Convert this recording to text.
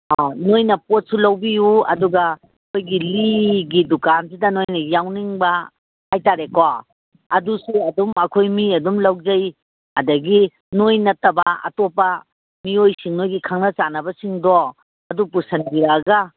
ꯅꯣꯏꯅ ꯄꯣꯠꯁꯨ ꯂꯧꯕꯤꯌꯨ ꯑꯗꯨꯒ ꯑꯩꯈꯣꯏꯒꯤ ꯂꯤꯒꯤ ꯗꯨꯀꯥꯟꯁꯤꯗ ꯅꯣꯏꯅ ꯌꯥꯎꯅꯤꯡꯕ ꯍꯥꯏꯇꯥꯔꯦꯀꯣ ꯑꯗꯨꯁꯨ ꯑꯗꯨꯝ ꯑꯩꯈꯣꯏ ꯃꯤ ꯑꯗꯨꯝ ꯂꯧꯖꯩ ꯑꯗꯒꯤ ꯅꯣꯏ ꯅꯠꯇꯕ ꯑꯇꯣꯞꯄ ꯃꯤꯑꯣꯏꯁꯤꯡ ꯅꯣꯏꯒꯤ ꯈꯪꯅ ꯆꯥꯟꯅꯕꯁꯤꯡꯗꯣ ꯑꯗꯨ ꯄꯨꯁꯤꯟꯕꯤꯔꯛꯑꯒ